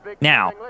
Now